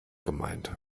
gemeint